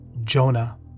Jonah